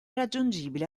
raggiungibile